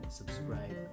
subscribe